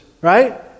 right